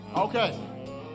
Okay